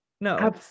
no